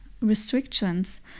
restrictions